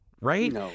right